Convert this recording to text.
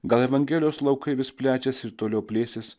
gal evangelijos laukai vis plečiasi ir toliau plėsis